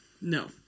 No